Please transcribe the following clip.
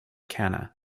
cana